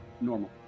normal